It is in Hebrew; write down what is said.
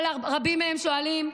אבל רבים מהם שואלים,